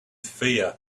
fear